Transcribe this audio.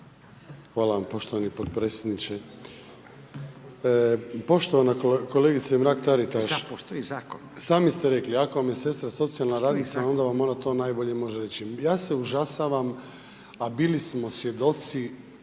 Hvala vam poštovani potpredsjedniče. Poštovana kolegice Mrak-Taritaš, sami ste rekli ako vam je sestra socijalna radnica, onda vam ona to najbolje može reći. Ja se užasavam, a bili smo svjedoci